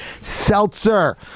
Seltzer